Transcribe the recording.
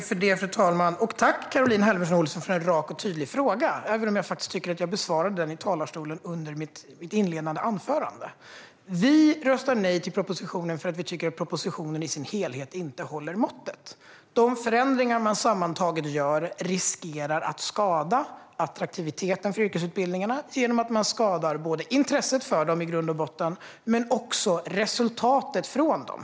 Fru talman! Tack, Caroline Helmersson Olsson, för en rak och tydlig fråga, även om jag faktiskt tycker att jag besvarade den i talarstolen under mitt inledande anförande! Vi röstar nej till propositionen för att vi tycker att propositionen i sin helhet inte håller måttet. De förändringar man sammantaget gör riskerar att skada attraktiviteten för yrkesutbildningarna genom att man i grund och botten skadar intresset för dem men också resultatet från dem.